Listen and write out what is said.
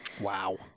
Wow